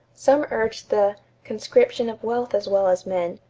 some urged the conscription of wealth as well as men,